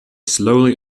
slowly